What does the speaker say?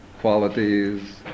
qualities